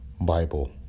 Bible